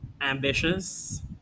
Ambitious